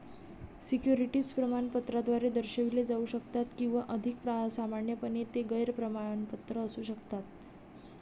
securities प्रमाणपत्राद्वारे दर्शविले जाऊ शकतात किंवा अधिक सामान्यपणे, ते गैर प्रमाणपत्र असू शकतात